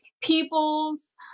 people's